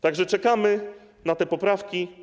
Tak że czekamy na te poprawki.